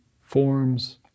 forms